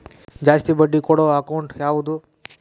ಜಾಸ್ತಿ ಬಡ್ಡಿ ಕೊಡೋ ಅಕೌಂಟ್ ಯಾವುದು?